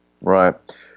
Right